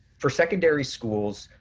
for secondary schools,